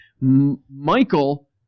Michael